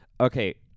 Okay